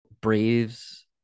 Braves